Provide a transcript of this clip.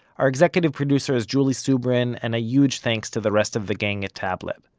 our executive producer is julie subrin and a huge thanks to the rest of the gang at tablet.